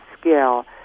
scale